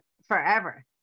Forever